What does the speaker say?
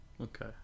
Okay